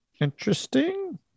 interesting